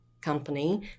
company